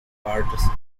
parts